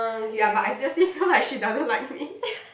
ya but I seriously feel like she doesn't like me